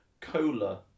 cola